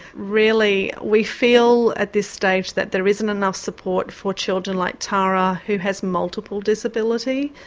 really we feel at this stage that there isn't enough support for children like tara who has multiple disability.